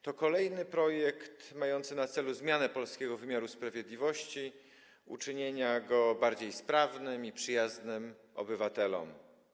To kolejny projekt mający na celu zmianę polskiego wymiaru sprawiedliwości, uczynienie go bardziej sprawnym i przyjaznym obywatelom.